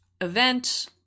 event